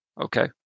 Okay